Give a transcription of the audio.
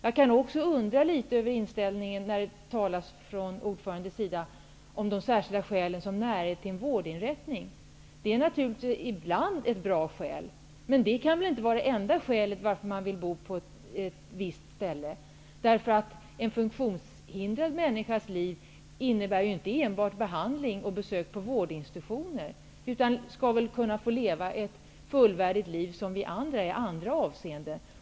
Jag kan också undra litet över inställningen när utskottsordföranden nämner närhet till en vårdinrättning som särskilt skäl. Det är naturligtvis ibland ett bra skäl, men det kan väl inte vara det enda skälet till att man vill bo på ett visst ställe. En funktionshindrad människas liv innebär ju inte enbart behandling och besök på vårdinstitiutioner, utan en funktionshindrad skall väl kunna få leva ett fullvärdigt liv som vi andra i andra avseenden.